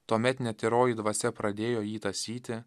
tuomet netyroji dvasia pradėjo jį tąsyti